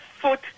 foot